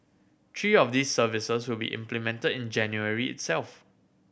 three of these services will be implemented in January itself